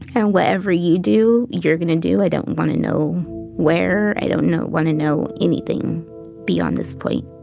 and whatever you do, you're going to and do. i don't want to know where, i don't know, want to know anything beyond this point.